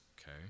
okay